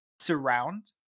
surround